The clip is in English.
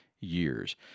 years